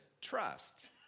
trust